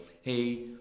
hey